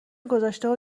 گذاشته